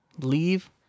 Leave